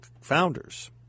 founders